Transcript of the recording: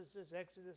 Exodus